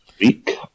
week